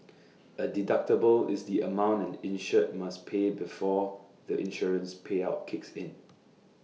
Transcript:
A deductible is the amount an insured must pay before the insurance payout kicks in